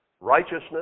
righteousness